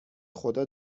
خدا